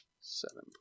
Seven